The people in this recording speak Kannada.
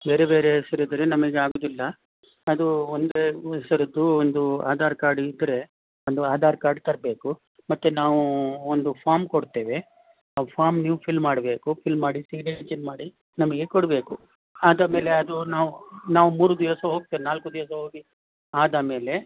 ಬೇರೆ ಬೇರೆ ಹೆಸರಿದ್ದರೆ ನಮಗೆ ಆಗೋದಿಲ್ಲ ಅದು ಒಂದೇ ಹೆಸರಿದ್ದು ಒಂದು ಆಧಾರ್ ಕಾರ್ಡ್ ಇದ್ದರೆ ಒಂದು ಆಧಾರ್ ಕಾರ್ಡ್ ತರಬೇಕು ಮತ್ತು ನಾವು ಒಂದು ಫಾಮ್ ಕೊಡ್ತೇವೆ ಆ ಫಾಮ್ ನೀವು ಫಿಲ್ ಮಾಡಬೇಕು ಫಿಲ್ ಮಾಡಿ ಸಿಗ್ನೇಚರ್ ಮಾಡಿ ನಮಗೆ ಕೊಡಬೇಕು ಆದ ಮೇಲೆ ಅದು ನಾವು ನಾವು ಮೂರು ದಿವಸ ಹೋಗ್ತೇವೆ ನಾಲ್ಕು ದಿವಸ ಹೋಗಿ ಆದಮೇಲೆ